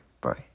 Bye